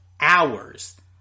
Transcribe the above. hours